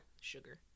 sugar